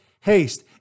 haste